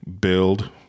build